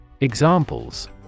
Examples